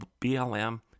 BLM